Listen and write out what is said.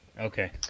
Okay